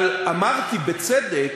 אבל אמרתי, בצדק,